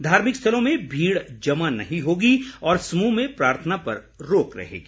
धार्मिक स्थलों में भीड़ जमा नहीं होगी और समूह में प्रार्थना पर रोक रहेगी